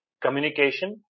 communication